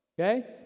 Okay